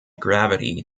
gravity